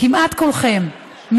כמעט כולכם,